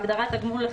בהגדרה "תגמול",